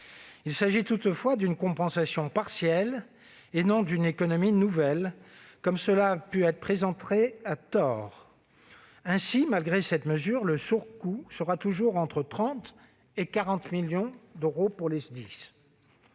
Il s'agit toutefois d'une compensation partielle, et non d'une économie nouvelle, comme cela a pu être présenté à tort. Ainsi, malgré cette mesure, le surcoût se situera toujours entre 30 millions d'euros et 40 millions d'euros pour les SDIS.